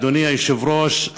אדוני היושב-ראש,